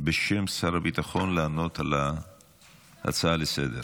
בשם שר הביטחון, לענות על ההצעה לסדר-היום.